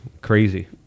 crazy